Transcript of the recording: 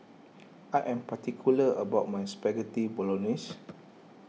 I am particular about my Spaghetti Bolognese